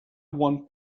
want